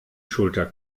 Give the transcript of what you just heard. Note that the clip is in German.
schulter